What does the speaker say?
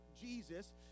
Jesus